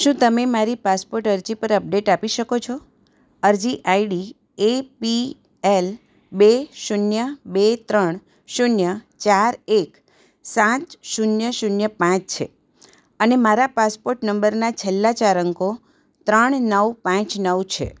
શું તમે મારી પાસપોટ અરજી પર અપડેટ આપી શકો છો અરજી આઈડી એ પી એલ બે શૂન્ય બે ત્રણ શૂન્ય ચાર એક સાત શૂન્ય શૂન્ય પાંચ છે અને મારા પાસપોટ નંબરના છેલ્લા ચાર અંકો ત્રણ નવ પાંચ નવ છે